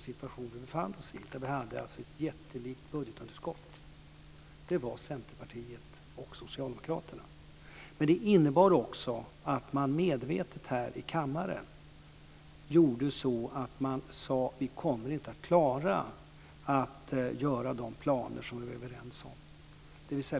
situation som vi befann oss i, där vi hade ett jättelikt budgetunderskott, var Centerpartiet och Socialdemokraterna. Men det innebär också att man medvetet här i kammaren sade: Vi kommer inte att klara att genomföra de planer som vi är överens om.